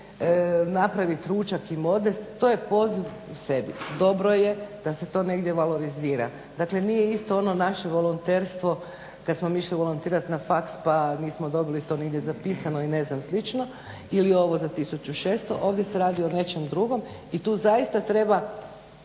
napraviti ručak i odnest im, to je poziv u sebi. Dobro je da se to negdje valorizira. Dakle nije isto ono naše volonterstvo kada smo mi išli volontirati na faks pa nismo dobili to nigdje zapisano i ne znam slično ili ovo za 1600, ovdje se radi o nečem drugom i tu zaista treba